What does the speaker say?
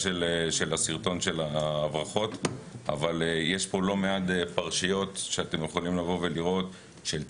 של שריפת תבואה